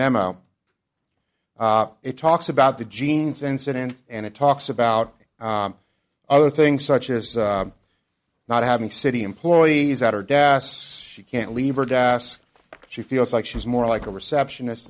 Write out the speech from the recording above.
memo it talks about the genes incident and it talks about other things such as not having city employees that are das she can't leave her gas she feels like she's more like a receptionist